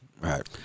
Right